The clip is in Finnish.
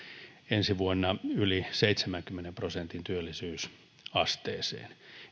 ensi vuonna yli seitsemänkymmenen prosentin työllisyysasteeseen